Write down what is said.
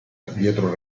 dietro